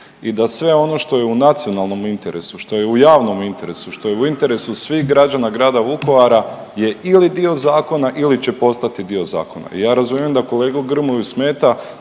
i da sve ono što je u nacionalnom interesu, što je u javnom interesu, što je u interesu svih građana grada Vukovara je ili dio zakona ili će postati dio zakona. I ja razumijem da kolegu Grmoju smeta